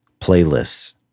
playlists